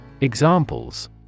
Examples